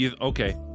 Okay